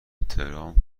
ترامپ